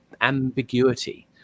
ambiguity